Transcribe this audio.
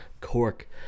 Cork